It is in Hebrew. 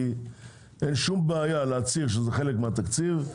כי אין שום בעיה להצהיר שזה חלק מהתקציב.